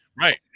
Right